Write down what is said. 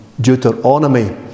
Deuteronomy